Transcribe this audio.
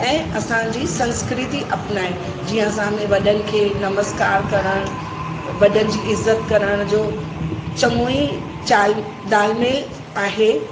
ऐं असांजी संस्कृति अपनाइणु जीअं असां में वॾनि खे नमस्कार करणु वॾनि जी इज़त करण जो चङो ई चाल तालमेल आहे